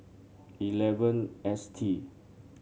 eleven S T